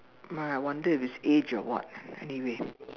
um I wonder it's age or what anyway